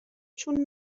چون